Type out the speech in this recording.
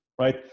right